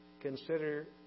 consider